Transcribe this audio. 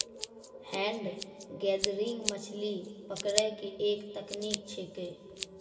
hand gathering मछली पकड़ै के एक तकनीक छेकै